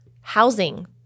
Housing